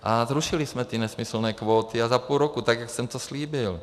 A zrušili jsme ty nesmyslné kvóty, a za půl roku, tak jak jsem to slíbil.